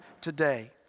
today